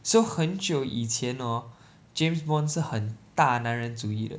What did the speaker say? so 很久以前 hor James Bond 是很大男人主义的